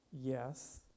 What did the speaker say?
Yes